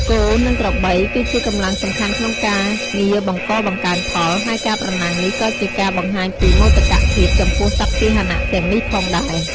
គោ និងក្របីគឺជាកម្លាំងសំខាន់ក្នុងការងារបង្កបង្កើនផល ហើយការប្រណាំងនេះក៏ជាការបង្ហាញពីមោទកភាពចំពោះសត្វពាហនៈទាំងនេះផងដែរ។